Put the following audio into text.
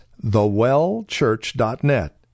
thewellchurch.net